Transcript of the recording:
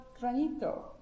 Granito